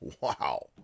Wow